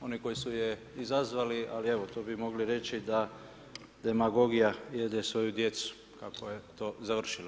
oni koji su je izazvali, ali evo to bi mogli reći da demagogija jede svoju djecu, kako je to završilo.